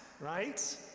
right